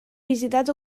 visitat